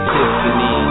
Tiffany